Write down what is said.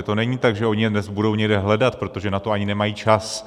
To není tak, že oni je dnes budou někde hledat, protože na to ani nemají čas.